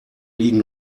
liegen